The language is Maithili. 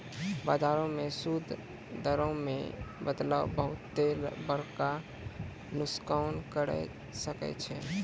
बजारो मे सूद दरो मे बदलाव बहुते बड़का नुकसान करै सकै छै